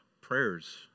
prayers